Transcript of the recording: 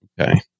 Okay